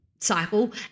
cycle